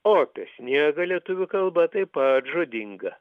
o apie sniegą lietuvių kalba taip pat žodinga